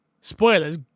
Spoilers